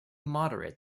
moderate